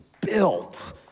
built